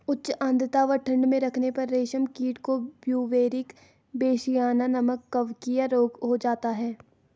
उच्च आद्रता व ठंड में रखने पर रेशम कीट को ब्यूवेरिया बेसियाना नमक कवकीय रोग हो जाता है